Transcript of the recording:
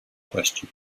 question